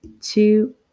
two